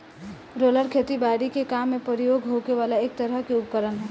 roller खेती बारी के काम में प्रयोग होखे वाला एक तरह के उपकरण ह